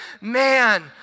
man